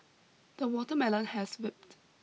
the watermelon has ripped